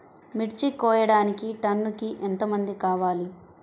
మిర్చి కోయడానికి టన్నుకి ఎంత మంది కావాలి?